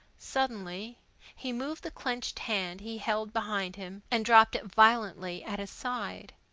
suddenly he moved the clenched hand he held behind him and dropped it violently at his side.